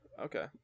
okay